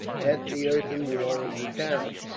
at the earthen wall of the town.